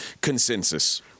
consensus